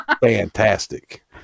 fantastic